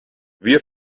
wir